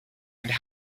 and